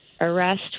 arrest